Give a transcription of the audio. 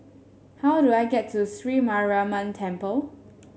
how do I get to Sri Mariamman Temple